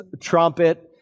trumpet